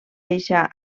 deixar